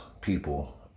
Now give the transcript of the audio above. people